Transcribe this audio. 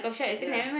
ya